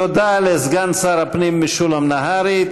תודה לסגן שר הפנים משולם נהרי.